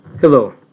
Hello